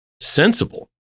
sensible